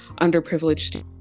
underprivileged